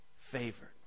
favored